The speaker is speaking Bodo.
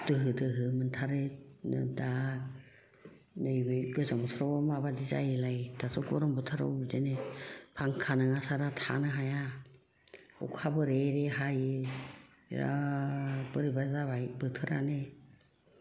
दोहो दोहो मोनथारो दा नैबे गोजां बोथोराव मा बायदि जायोलाय दाथ' गरम बोथोराव बिदिनो फांखा नङा सारा थानो हाया अखाबो रे रे हायो बिराद बोरैबा जाबाय बोथोरानो